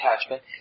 attachment